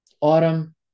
Autumn